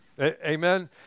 Amen